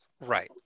Right